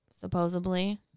Supposedly